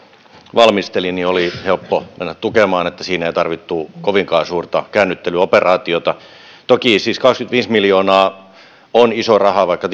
valmisteli oli helppo mennä tukemaan niin että siinä ei tarvittu kovinkaan suurta käännyttelyoperaatiota toki siis kaksikymmentäviisi miljoonaa on iso raha vaikka